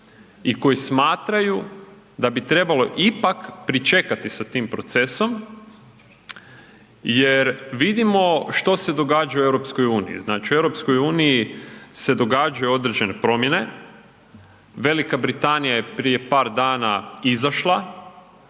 i koji smatraju da bi trebalo ipak pričekati sa tim procesom jer vidimo što se događa u EU. Znači u EU se događaju određene promjene, Velika Britanija je prija par dana izašla